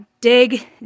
dig